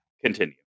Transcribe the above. Continue